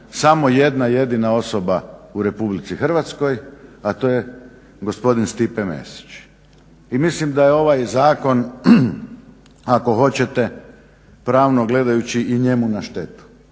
samo jedna jedina osoba u Republici Hrvatskoj, a to je gospodin Stipe Mesić. I mislim da je ovaj zakon ako hoćete pravno gledajući i njemu na štetu,